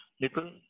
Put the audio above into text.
little